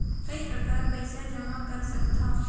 काय प्रकार पईसा जमा कर सकथव?